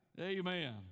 Amen